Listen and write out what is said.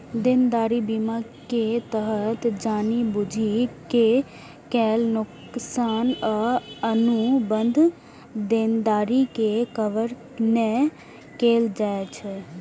देनदारी बीमा के तहत जानि बूझि के कैल नोकसान आ अनुबंध देनदारी के कवर नै कैल जाइ छै